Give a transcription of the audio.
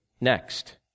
next